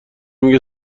میگه